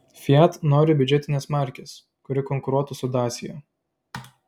fiat nori biudžetinės markės kuri konkuruotų su dacia